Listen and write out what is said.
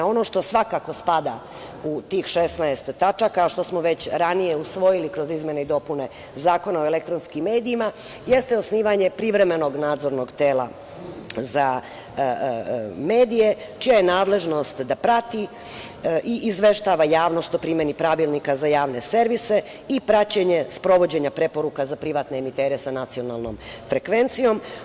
Ono što svakako spada u tih 16 tačaka, što smo ranije već usvojili kroz izmene i dopune Zakona o elektronskim medijima, jeste osnivanje privremenog Nadzornog tela za medije, čija je nadležnost da prati i izveštava javnost o primeni Pravilnika za javne servise i praćenje sprovođenja preporuka za privatne emitere sa nacionalnom frekvencijom.